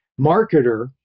marketer